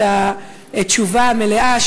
את התשובה המלאה,